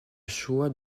choix